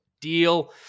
deal